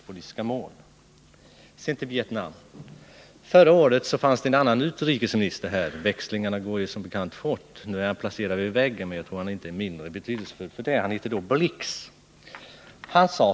Sedan vill jag återkomma till Vietnam. Förra året hade vi en annan utrikesminister — växlingarna sker ju som bekant fort. Nu är han placerad vid väggen, men jag tror inte att han är mindre betydelsefull för det. Utrikesministern hette då Hans Blix.